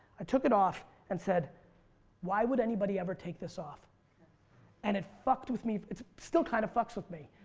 i took it off and said why would anybody ever take this off and it fucked with me, it still kinda kind of fucks with me.